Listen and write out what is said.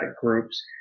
groups